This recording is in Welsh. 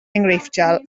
enghreifftiol